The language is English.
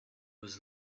was